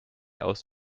aus